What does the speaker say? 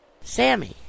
Sammy